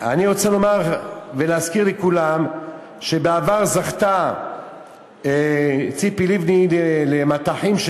אני רוצה לומר ולהזכיר לכולם שבעבר זכתה ציפי לבני למטחים של